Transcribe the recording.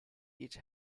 each